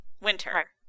winter